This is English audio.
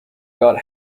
got